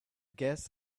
guess